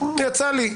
יצא לי,